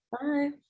Bye